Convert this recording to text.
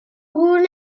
عبور